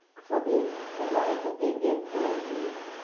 so the the light that the indian fall lead